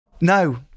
No